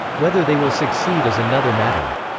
whether they will succeed is another matter.